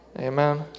Amen